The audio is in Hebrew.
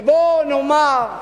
בוא נאמר,